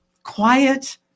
quiet